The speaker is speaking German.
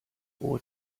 hohe